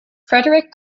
frederick